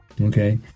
Okay